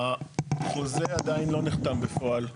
החוזה עדיין לא נחתם בפועל.